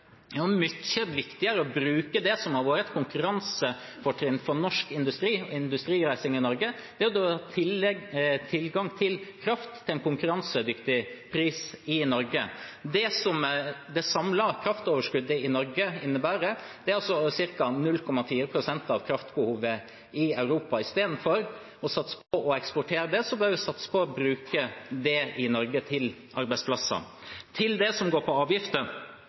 er mye viktigere å bruke det som har vært et konkurransefortrinn for norsk industri og industrireising i Norge – tilgang til kraft til en konkurransedyktig pris – i Norge. Det samlede kraftoverskuddet i Norge innebærer ca. 0,4 pst. av kraftbehovet i Europa. Istedenfor å satse på å eksportere det, bør vi satse på å bruke det til arbeidsplasser i Norge. Til det som går på avgifter: